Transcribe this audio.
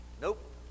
nope